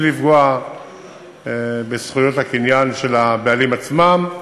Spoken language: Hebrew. לפגוע בזכויות הקניין של הבעלים עצמם.